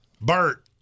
Bert